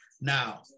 now